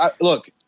Look